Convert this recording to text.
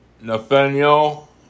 Nathaniel